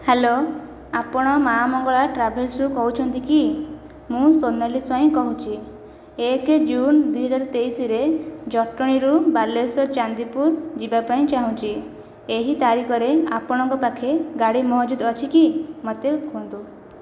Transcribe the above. hello ଆପଣ ମା' ମଙ୍ଗଳା ଟ୍ରାଭେଲସ୍ରୁ କହୁଛନ୍ତି କି ମୁଁ ସୋନାଲି ସ୍ୱାଇଁ କହୁଛି ଏକ ଜୁନ୍ ଦୁଇ ହଜାର ତେଇଶରେ ଜଟଣୀରୁ ବାଲେଶ୍ୱର ଚାନ୍ଦିପୁର ଯିବା ପାଇଁ ଚାହୁଁଛି ଏହି ତାରିଖରେ ଆପଣଙ୍କ ପାଖେ ଗାଡ଼ି ମହଜୁଦ ଅଛି କି ମୋତେ କୁହନ୍ତୁ